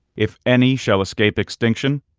if any shall escape extinction,